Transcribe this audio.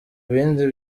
bindi